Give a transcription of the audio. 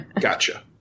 Gotcha